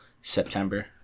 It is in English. September